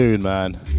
man